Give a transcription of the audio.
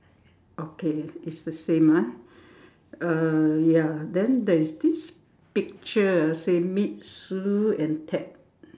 okay it's the same ah uh ya then there's this picture ah say meet Sue and Ted